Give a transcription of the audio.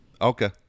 Okay